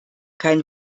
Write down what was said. kein